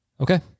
Okay